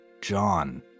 John